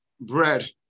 bread